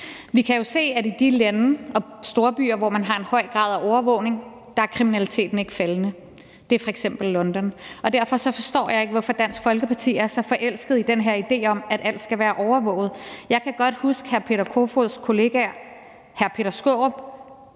Vi kan jo se, at i de lande og storbyer, hvor man har en høj grad af overvågning, er kriminaliteten ikke faldende. Det er f.eks. London. Og derfor forstår jeg ikke, hvorfor Dansk Folkeparti er så forelsket i den her idé om, at alt skal være overvåget. Jeg kan godt huske, at hr. Peter Kofods kollega hr. Peter Skaarup